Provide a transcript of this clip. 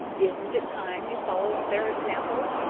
isn't it time you followed their example?